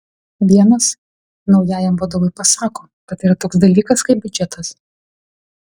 vienas naujajam vadovui pasako kad yra toks dalykas kaip biudžetas